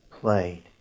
played